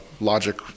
logic